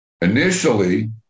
Initially